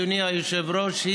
אדוני היושב-ראש,